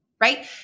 right